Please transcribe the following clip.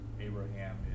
abraham